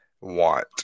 want